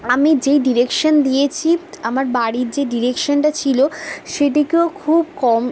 আমি যেই ডিরেকশন দিয়েছি আমার বাড়ির যে ডিরেকশনটা ছিলো সেটিকেও খুব কম